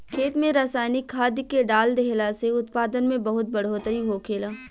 खेत में रसायनिक खाद्य के डाल देहला से उत्पादन में बहुत बढ़ोतरी होखेला